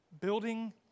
Building